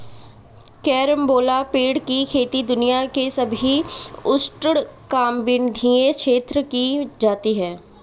carambola पेड़ की खेती दुनिया के सभी उष्णकटिबंधीय क्षेत्रों में की जाती है